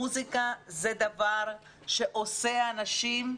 מוסיקה זה דבר שעושה אנשים,